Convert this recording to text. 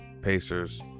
Pacers